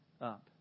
up